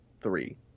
three